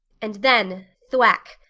and then thwack!